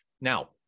Now